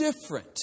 different